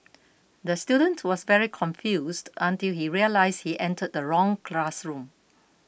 the student was very confused until he realised he entered the wrong classroom